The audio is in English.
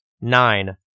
Nine